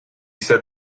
said